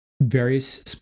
various